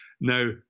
Now